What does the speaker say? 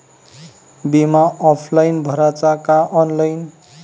बिमा ऑफलाईन भराचा का ऑनलाईन?